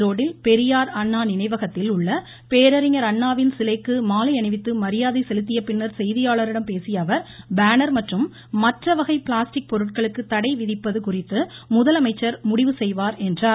ஈரோடில் பெரியார் அண்ணா நினைவகத்தில் உள்ள பேரறிஞர் அண்ணாவின் சிலைக்கு மாலை அணிவித்து மரியாதை செலுத்திய பின்னர் செய்தியாளர்களிடம் பேசிய அவர் பேனர் மற்றும் மற்றவகை பிளாஸ்டிக் பொருட்களுக்கு தடை விதிப்பது முதலமைச்சர் முடிவு செய்வார் என்றார்